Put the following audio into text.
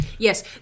Yes